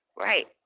Right